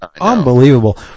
unbelievable